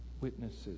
witnesses